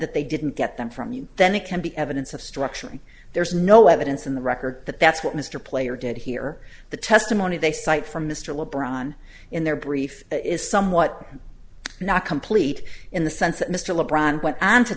that they didn't get them from you then it can be evidence of structuring there's no evidence in the record that that's what mr player did hear the testimony they cite from mr le bron in their brief that is somewhat not complete in the sense that mr le bron went on to